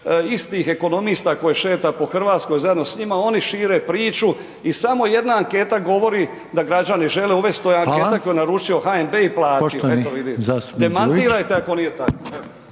istih ekonomista koje šeta po Hrvatskoj zajedno s njima, oni šire priču i samo jedna anketa govori da građani žele uvesti, to je anketa koju je naručio HNB i platio, eto vidite, demantirajte ako nije tako.